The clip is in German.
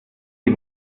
die